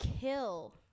kill